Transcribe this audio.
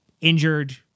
injured